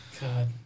God